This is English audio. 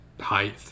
height